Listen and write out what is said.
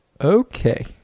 okay